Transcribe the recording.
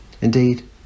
Indeed